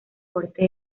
corte